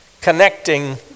connecting